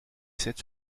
cette